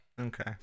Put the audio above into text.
Okay